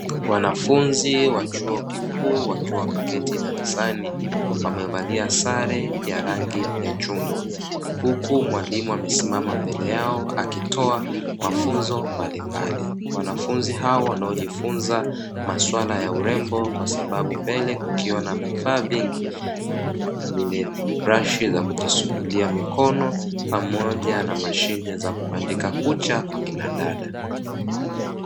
Wanafunzi wa chuo kikuu wakiwa wameketi darasani wamevalia sare ya rangi ya chungwa uku mwalimu akiwa amesimama mbele yao akitoa mafunzo mbalimbali, wanafunzi hao wanaojifunza maswaala ya urembo kwa sababu mbele kukiwa na vifaa vingi kama vile blashi za kujisugulia mikono pamoja na mashine za kubandika kucha kwa kina dada.